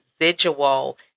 residual